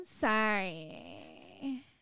Sorry